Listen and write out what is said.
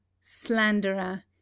Slanderer